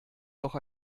doch